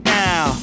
now